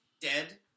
dead